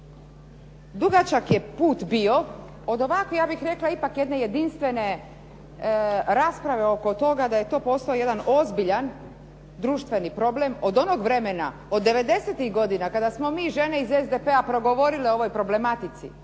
Dugačak je put bio od ovako, ja bih rekla ipak jedne jedinstvene rasprave oko toga da je to postao jedan ozbiljan društveni problem, od onog vremena, od 90-tih godina kada smo mi žene iz SDP-a progovorile o ovoj problematici,